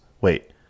wait